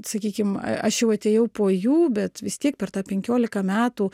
sakykim aš jau atėjau po jų bet vis tiek per tą penkiolika metų